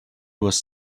was